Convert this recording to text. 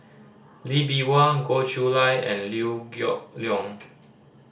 Lee Bee Wah Goh Chiew Lye and Liew Geok Leong